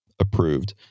approved